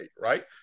right